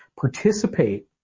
participate